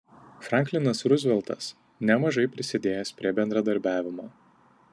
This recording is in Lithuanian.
franklinas ruzveltas nemažai prisidėjęs prie bendradarbiavimo